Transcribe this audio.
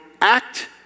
act